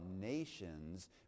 nations